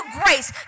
grace